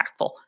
impactful